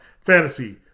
Fantasy